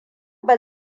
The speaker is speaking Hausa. ba